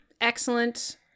Excellent